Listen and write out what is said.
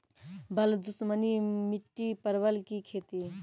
बल दुश्मनी मिट्टी परवल की खेती?